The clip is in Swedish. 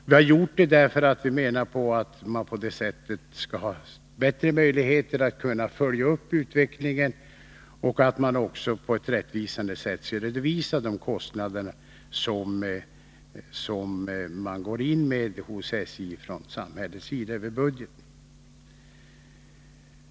Vi har gjort det därför att vi menar att man på det sättet får bättre möjligheter att följa utvecklingen liksom också får en bättre redovisning av de kostnader som man från samhällets sida satsar över budgeten.